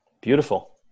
Beautiful